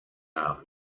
arm